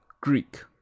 Greek